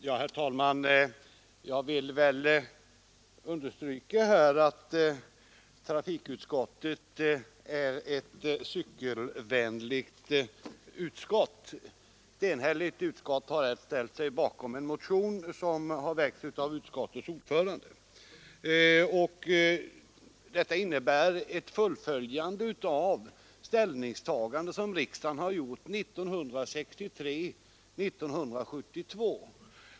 Herr talman! Jag vill understryka att trafikutskottet är ett cykelvänligt utskott. Här har utskottet enhälligt ställt sig bakom en motion av utskottets ordförande, och det innebär ett fullföljande av de ställningstaganden som riksdagen gjort 1963 och 1972.